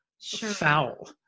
Foul